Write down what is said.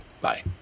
Bye